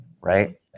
Right